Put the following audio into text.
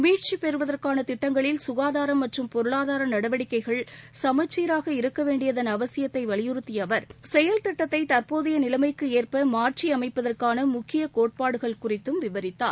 மீட்சி பெறுவதற்கான திட்டங்களில் சுகாதாரம் மற்றும் பொருளாதார நடவடிக்கைகள் சமச்சீராக இருக்க வேண்டியதன் அவசியத்தை வலியுறுத்திய அவர் செயல் திட்டத்தை தற்போதைய நிலைமைக்கு ஏற்ப மாற்றியமைப்பதற்கான முக்கிய கோட்பாடுகள் குறித்தும் விவரித்தார்